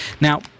Now